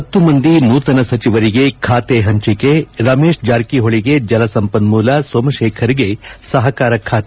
ಹತ್ತು ಮಂದಿ ನೂತನ ಸಚಿವರಿಗೆ ಖಾತೆ ಹಂಚಿಕೆ ರಮೇಶ್ ಜಾರಿಕಿಹೊಳಿಗೆ ಜಲಸಂಪನ್ನೂಲ ಸೋಮಶೇಖರ್ಗೆ ಸಹಕಾರಿ ಖಾತೆ